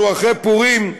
אנחנו אחרי פורים,